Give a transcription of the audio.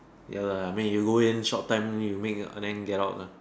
ya lah I mean you go in short time you make and then get out lah